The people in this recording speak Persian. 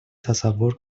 تصور